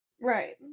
Right